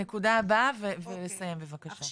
הנקודה הבאה ונסיים בבקשה.